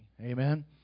Amen